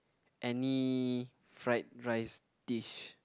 any fried rice dish